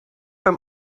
beim